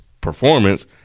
performance